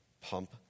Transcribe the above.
pump